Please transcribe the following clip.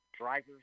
drivers